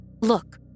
Look